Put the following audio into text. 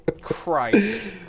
Christ